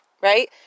Right